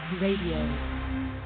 Radio